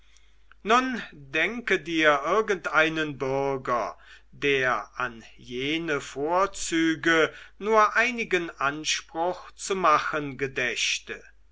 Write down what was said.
nun denke dir irgendeinen bürger der an jene vorzüge nur einigen anspruch zu machen gedächte